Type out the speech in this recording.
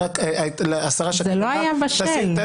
זה לא היה בשל.